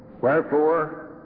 Wherefore